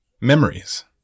memories